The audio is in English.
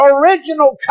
original